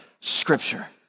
scripture